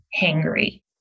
hangry